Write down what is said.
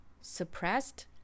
suppressed